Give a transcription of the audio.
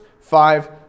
five